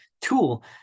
tool